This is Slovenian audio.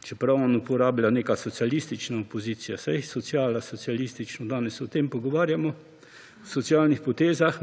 čeprav on uporablja neka socialistična opozicija. Saj, sociala, socialistično, danes se o tem pogovarjamo, o socialnih potezah,